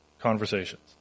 conversations